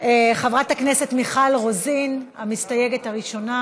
חברת הכנסת מיכל רוזין, המסתייגת הראשונה